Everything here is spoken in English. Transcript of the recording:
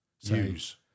use